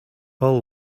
all